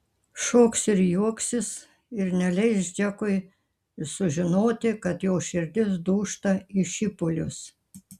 šoks ir juoksis ir neleis džekui sužinoti kad jos širdis dūžta į šipulius